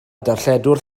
darlledwr